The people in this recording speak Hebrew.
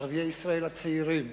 ערביי ישראל הצעירים